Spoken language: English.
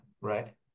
right